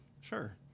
Sure